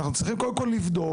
אנחנו צריכים קודם כל לבדוק,